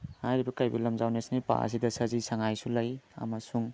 ꯍꯥꯏꯔꯤꯕ Keibul Lamjao national park ꯑꯁꯤꯗ ꯁꯖꯤ ꯁꯉꯥꯏꯁꯨ ꯂꯩ ꯑꯃꯁꯨꯡ